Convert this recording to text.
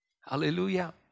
Hallelujah